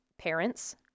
parents